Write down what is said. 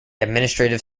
administrative